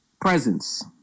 presence